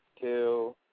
two